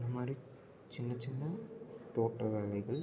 இந்த மாதிரி சின்ன சின்ன தோட்ட வேலைகள்